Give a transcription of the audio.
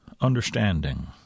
understanding